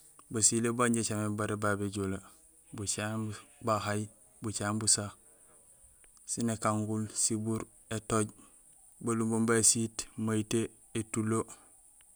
Basilé baan injé icaméné babé néjoolee: bocaŋéén bahahay, bucaŋéén busa séb ékangul, sibuur, étooj, balumbeung ba siit, mayitee, étulo.